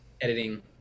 editing